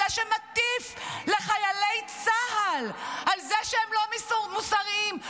זה שמטיף לחיילי צה"ל על זה שהם לא מוסריים,